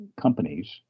companies